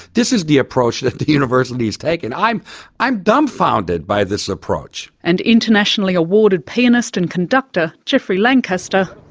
this is the approach that the university's taking. i'm i'm dumbfounded by this approach. and internationally awarded pianist and conductor, geoffrey lancaster,